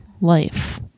life